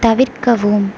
தவிர்க்கவும்